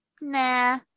nah